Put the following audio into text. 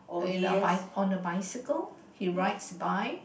in a bi~ on a bicycle he rides by